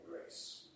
grace